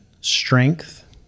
strength